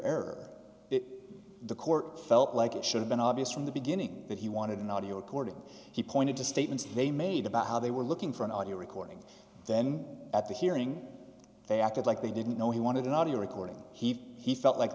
error the court felt like it should've been obvious from the beginning that he wanted an audio recording he pointed to statements they made about how they were looking for an audio recording then at the hearing they acted like they didn't know he wanted an audio recording he he felt like